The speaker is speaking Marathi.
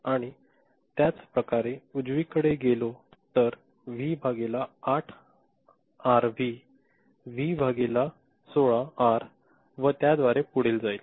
आणि त्याचप्रकारे उजवीकडे गेलो तर व्ही भागिले 8 आर व्ही व्ही भागिले 16 आर व त्याद्वारे पुढे जाईल